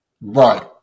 Right